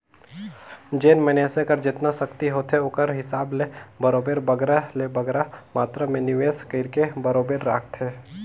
जेन मइनसे कर जेतना सक्ति होथे ओकर हिसाब ले बरोबेर बगरा ले बगरा मातरा में निवेस कइरके बरोबेर राखथे